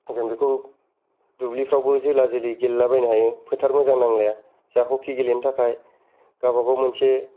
जों बेखौ दुब्लिफ्रावबो जोला जोलि गेलेलाबायनो हायो फोथार मोजां नांलाया जाहा हकि गेलेनो थाखाय गावबागाव मोनसे